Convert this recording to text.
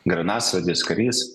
granatsvaidis karys